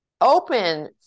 open